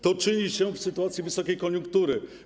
To czyni się w sytuacji wysokiej koniunktury.